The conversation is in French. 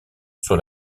sur